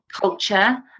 culture